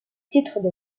titre